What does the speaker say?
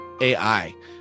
AI